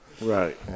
Right